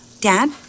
Dad